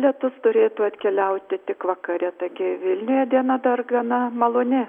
lietus turėtų atkeliauti tik vakare taigi vilniuje diena dar gana maloni